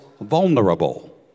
vulnerable